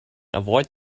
avoid